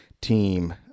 team